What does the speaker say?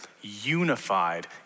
unified